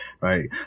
right